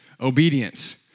obedience